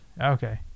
okay